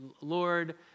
Lord